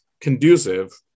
conducive